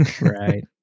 Right